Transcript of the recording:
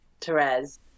Therese